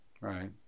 Right